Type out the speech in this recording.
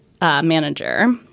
manager